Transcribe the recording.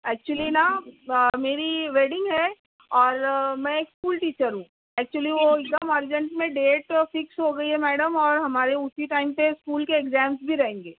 actually نا آ میری ویڈنگ ہے اور میں ایک اسکول ٹیچر ہوں ایکچولی وہ ایک دم ارجنٹ میں ڈیٹ تو فکس ہو گئی ہے میڈم اور ہمارے اُسی ٹائم پہ اسکول کے ایگزامس بھی رہیں گے